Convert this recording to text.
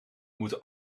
moeten